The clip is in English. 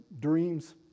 dreams